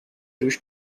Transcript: رووش